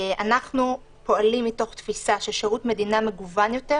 אנחנו פועלים מתוך תפיסה ששירות מדינה מגוון יותר,